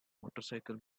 motorcycle